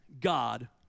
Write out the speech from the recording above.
God